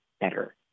better